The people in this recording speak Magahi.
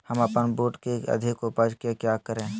हम अपन बूट की अधिक उपज के क्या करे?